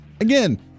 again